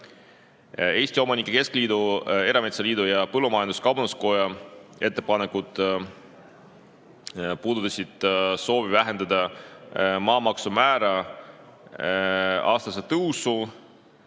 Eesti Omanike Keskliidu, erametsaliidu ja põllumajandus-kaubanduskoja ettepanekud puudutasid soovi vähendada maamaksumäära aastast tõusu,